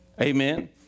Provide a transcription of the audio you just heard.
Amen